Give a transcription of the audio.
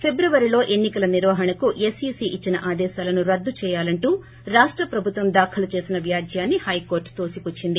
ఫిబ్రవరిలో ఎన్నికల నిర్వహణకు ఎస్ఈసీ ఇచ్చిన ఆదేశాలను రద్దు చేయాలంటూ రాష్ట ప్రభుత్వం దాఖలు చేసిన వ్యాజ్యాన్ని హైకోర్టు తోసిపుచ్చింది